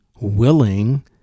Willing